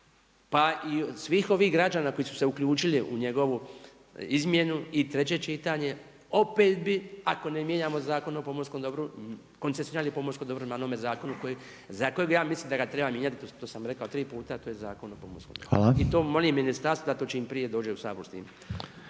pa i svih ovih građana koji su se uključili u njegovu izmjenu i treće čitanje opet bi ako ne mijenjamo Zakon o pomorskom dobru koncesionirali pomorsko dobro na onome zakonu za kojega ja mislim da ga treba mijenjati, to sam rekao tri puta, a to je Zakon o pomorskom dobru. I to molim ministarstvo da to čim prije dođe u Sabor s tim.